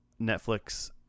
Netflix